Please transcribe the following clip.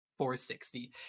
460